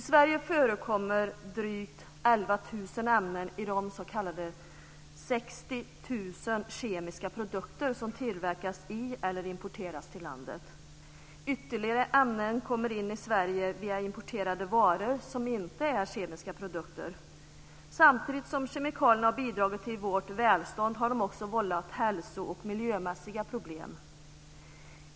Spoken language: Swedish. I Sverige förekommer drygt 11 000 ämnen i de ca 60 000 kemiska produkter som tillverkas i eller importeras till landet. Ytterligare ämnen kommer in i Sverige via importerade varor som inte är kemiska produkter. Samtidigt som kemikalierna har bidragit till vårt välstånd har de också vållat hälso och miljömässiga problem.